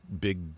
big